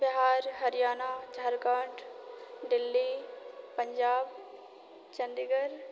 Bihar Haryana Jharkhand Delhi Punjab Chandigarh